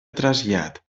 trasllat